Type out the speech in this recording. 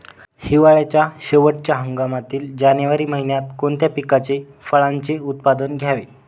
हिवाळ्याच्या शेवटच्या हंगामातील जानेवारी महिन्यात कोणत्या पिकाचे, फळांचे उत्पादन घ्यावे?